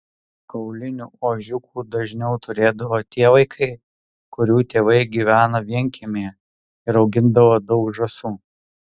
kaulinių ožiukų dažniau turėdavo tie vaikai kurių tėvai gyveno vienkiemyje ir augindavo daug žąsų